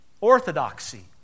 orthodoxy